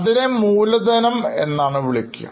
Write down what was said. അതിനെ മൂലധനം എന്നാണു പറയുന്നത്